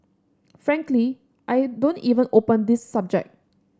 frankly I don't even open this subject